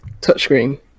touchscreen